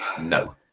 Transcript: No